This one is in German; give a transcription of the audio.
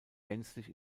gänzlich